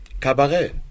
Cabaret